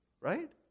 Right